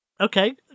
Okay